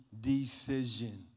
decision